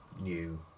new